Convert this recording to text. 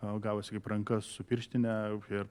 gavos kaip ranka su pirštine ir